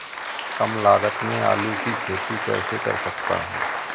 कम लागत में आलू की खेती कैसे कर सकता हूँ?